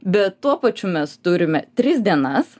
bet tuo pačiu mes turime tris dienas